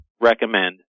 recommend